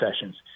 sessions